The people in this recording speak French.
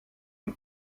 une